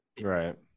right